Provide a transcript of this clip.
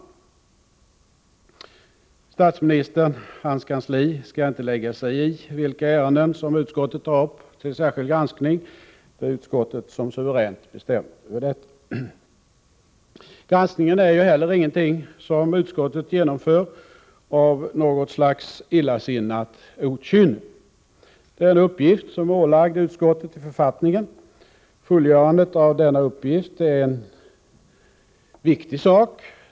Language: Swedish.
Statsministern och hans kansli skall inte lägga sig i vilka ärenden som utskottet tar upp till särskild granskning. Det är utskottet som suveränt bestämmer över detta. Granskningen är heller ingenting som utskottet genomför av något slags illasinnat okynne. Den är en uppgift som är ålagd utskottet i författningen. Fullgörandet av denna uppgift är en viktig angelägenhet.